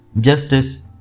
justice